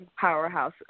powerhouse